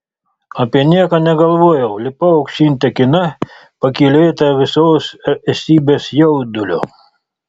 apie nieką negalvojau lipau aukštyn tekina pakylėta visos esybės jaudulio